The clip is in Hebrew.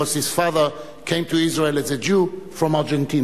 because his father came to Israel as a Jew from Argentina.